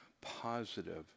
positive